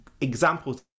examples